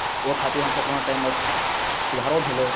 ओ खातिर हमसभ सुधारो भेल होए